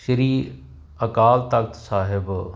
Sri Akal Takht Sahib